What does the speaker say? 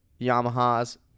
Yamaha's